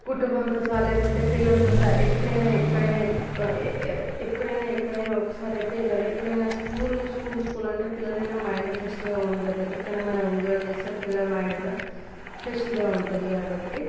కుటుంబంతో సహా లేకపోతే పిల్లలతో సహా ఎప్పుడైనా ఎక్కడైనా ఏ ఏ ఎప్పుడైనా ఎక్కడైనా ఒక్కసారైతే వెళ్ళాలి ఎప్పుడైనా స్కూలు స్కూల్ స్కూల్ అంటే పిల్లలైనా మైండ్ ఫ్రెష్గా ఉండదు ఎక్కడికైనా మనం ఎంజాయ్ చేస్తే పిల్లల మైండ్ కూడా ఫ్రెష్గా ఉంటుంది కాబట్టి